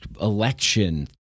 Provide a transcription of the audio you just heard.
election